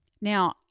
Now